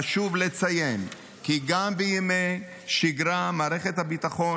חשוב לציין כי גם בימי שגרה מערכת הביטחון